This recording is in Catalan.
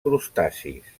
crustacis